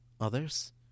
Others